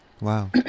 Wow